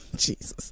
Jesus